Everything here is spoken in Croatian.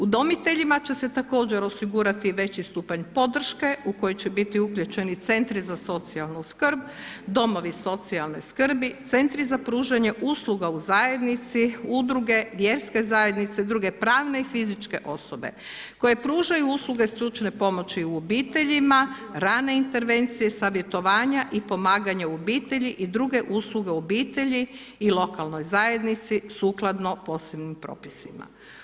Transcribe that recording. Udomiteljima će se također osigurati veći stupanj podrške, u koji će biti uključeni centri za socijalnu skrb, domovi socijalne skrbi, centri za pružanje usluga u zajednici, udruge, vjerske zajednice, druge pravne i fiz8čke osobe, koje pružaju usluge stručne pomoći u obiteljima, rane intervencije, savjetovanja i pomaganje u obitelji i druge usluge u obitelji i lokalne zajednici sukladno posebnim propisima.